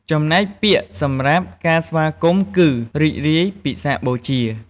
ចំណែកពាក្យសម្រាប់ការសា្វគមន៍គឺ រីករាយពិសាខបូជា។